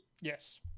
yes